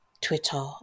Twitter